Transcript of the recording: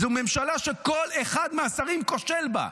זו ממשלה שכל אחד מהשרים כושל בה.